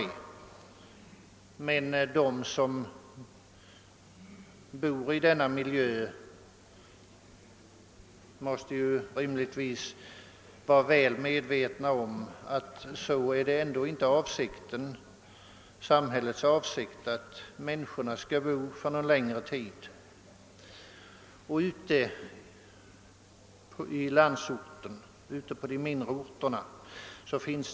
De som bor i denna miljö måste rimligtvis vara på det klara med att det ändå inte kan vara samhällets avsikt att människorna för någon längre tid skall behöva bo så.